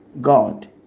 god